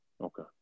Okay